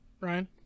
Ryan